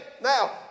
Now